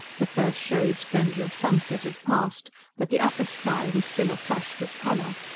the first showy splendour of sunset had passed but the upper sky was still aflush with colour.